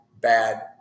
bad